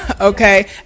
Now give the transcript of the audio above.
Okay